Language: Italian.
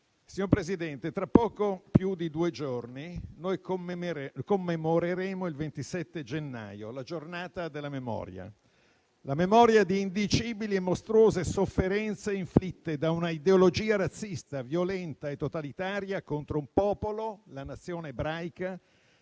Signor Presidente, tra tre giorni, il 27 gennaio, commemoreremo la Giornata della memoria: la memoria di indicibili e mostruose sofferenze inflitte da una ideologia razzista, violenta e totalitaria contro un popolo, la Nazione ebraica,